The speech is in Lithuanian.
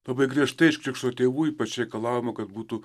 labai griežtai iš krikšto tėvų ypač reikalaujama kad būtų